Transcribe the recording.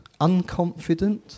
unconfident